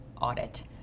audit